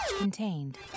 contained